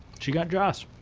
she got jas.